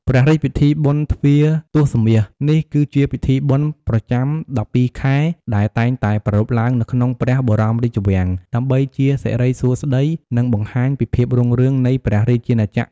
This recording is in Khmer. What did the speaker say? ព្រះរាជពិធីបុណ្យទ្វារទសមាស នេះគឺជាពិធីបុណ្យប្រចាំដប់ពីរខែ ដែលតែងតែប្រារព្ធឡើងនៅក្នុងព្រះបរមរាជវាំង ដើម្បីជាសិរីសួស្ដី និងបង្ហាញពីភាពរុងរឿងនៃព្រះរាជាណាចក្រ។